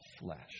flesh